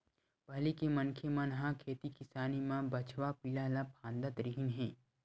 पहिली के मनखे मन ह खेती किसानी म बछवा पिला ल फाँदत रिहिन हे